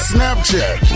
Snapchat